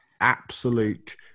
absolute